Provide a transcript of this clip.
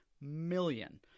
million